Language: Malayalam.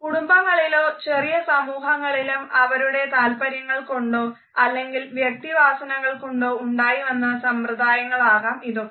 കുടുംബങ്ങളിലോ ചെറിയ സമൂഹങ്ങളിലും അവരുടെ താല്പര്യങ്ങൾ കൊണ്ടോ അല്ലെങ്കിൽ വ്യക്തിവാസനകൾ കൊണ്ടോ ഉണ്ടായി വന്ന സമ്പ്രദായങ്ങളാകാം ഇതൊക്കെ